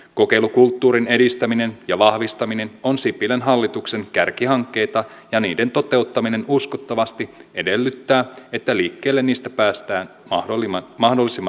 kokeilukulttuurin edistäminen ja vahvistaminen on sipilän hallituksen kärkihankkeita ja niiden toteuttaminen uskottavasti edellyttää että liikkeelle niistä päästään mahdollisimman nopeasti